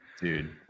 dude